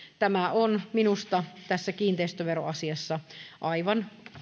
tämä on minusta tässä kiinteistöveroasiassa aivan